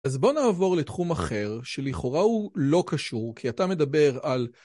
אז בוא נעבור לתחום אחר, שלכאורה הוא לא קשור, כי אתה מדבר על...